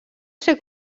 ser